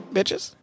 Bitches